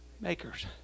makers